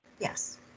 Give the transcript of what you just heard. Yes